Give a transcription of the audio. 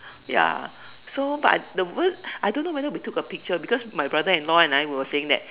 ya so but the work I don't know whether we took a picture because my brother-in-law and I were saying that